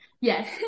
yes